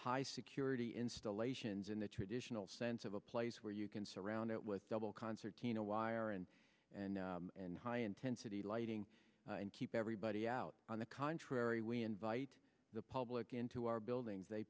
high security installations in the traditional sense of a place where you can surround it with double concertina wire and and and high intensity lighting and keep everybody out on the contrary we invite the public into our buildings they